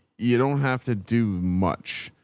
you don't have to do much.